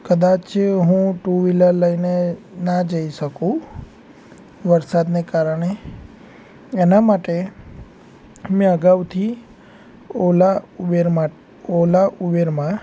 કદાચ હું two wheeler લઈને ના જઈ શકું વરસાદને કારણે એના માટે મેં અગાઉથી ઓલા ઉબેરમાં ઓલા ઉબેરમાં